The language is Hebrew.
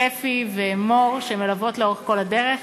שפי ומור, שמלוות לאורך כל הדרך.